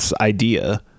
idea